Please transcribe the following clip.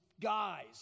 Guys